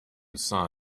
saw